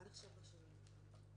עד עכשיו לא שמעו אותנו.